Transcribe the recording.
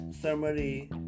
summary